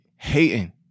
hating